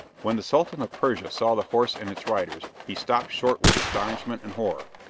when the sultan of persia saw the horse and its riders, he stopped short with astonishment and horror,